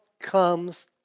comes